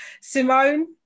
Simone